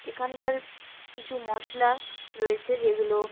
এখানকার কিছু মশলা রয়েছে যেগুলো